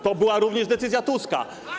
To była również decyzja Tuska.